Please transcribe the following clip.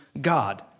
God